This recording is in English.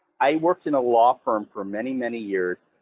i worked in a law firm for many, many years,